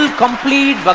ah complete but